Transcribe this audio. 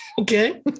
okay